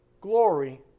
glory